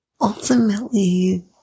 ultimately